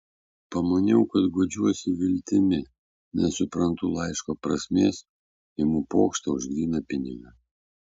pamaniau kad guodžiuosi viltimi nesuprantu laiško prasmės imu pokštą už gryną pinigą